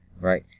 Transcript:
Right